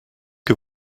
que